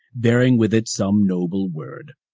bearing with it some noble word.